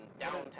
Downtown